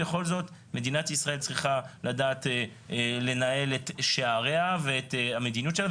בכל זאת מדינת ישראל צריכה לדעת לנהל את שעריה ואת המדיניות שלה.